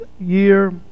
year